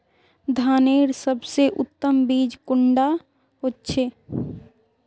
धानेर सबसे उत्तम बीज कुंडा होचए?